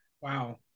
Wow